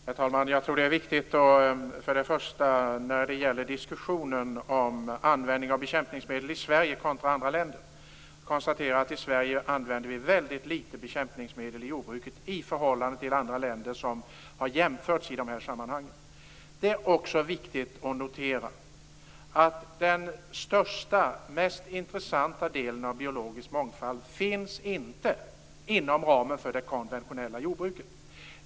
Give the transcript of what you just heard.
Herr talman! Jag tror att det är viktigt att konstatera att vi i Sverige i förhållande till andra länder som vi har jämförts med i de här sammanhangen använder väldigt litet bekämpningsmedel i jordbruket. Det är också viktigt att notera att den största, mest intressanta delen av biologisk mångfald inte finns inom ramen för det konventionella jordbruket.